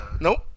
nope